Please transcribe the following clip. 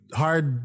hard